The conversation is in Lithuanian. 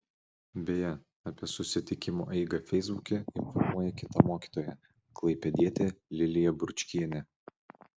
beje apie susitikimo eigą feisbuke informuoja kita mokytoja klaipėdietė lilija bručkienė